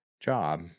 job